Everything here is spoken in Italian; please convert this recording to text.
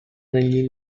negli